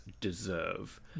deserve